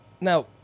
now